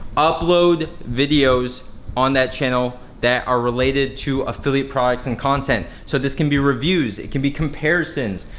upload videos on that channel, that are related to affiliate products and content. so this can be reviews, it can be comparisons,